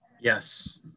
Yes